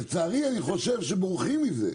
לצערי אני חושב שבורחים מזה.